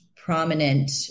Prominent